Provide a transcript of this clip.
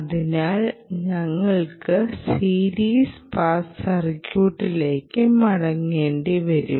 അതിനാൽ ഞങ്ങൾക്ക് series pass സർക്യൂട്ടിലേക്ക് മടങ്ങേണ്ടിവരും